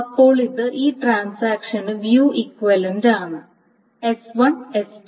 അപ്പോൾ ഇത് ഈ ട്രാൻസാക്ഷന് വ്യൂ ഇക്വിവലൻറ്റാണ് s1 s2